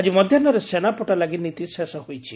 ଆଜି ମଧ୍ଧାହୁରେ ସେନାପଟା ଲାଗି ନୀତି ଶେଷ ହୋଇଛି